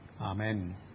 Amen